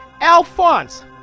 Alphonse